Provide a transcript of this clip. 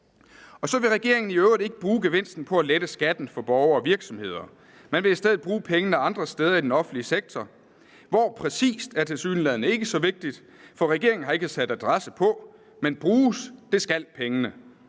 Og så vil regeringen i øvrigt ikke bruge gevinsten på at lette skatten for borgere og virksomheder. Man vil i stedet bruge pengene andre steder i den offentlige sektor. Hvor præcist er tilsyneladende ikke så vigtigt, for regeringen har ikke sat adresse på, men bruges skal pengene.